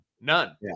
None